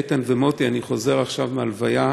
איתן ומוטי, אני חוזר עכשיו מהלוויה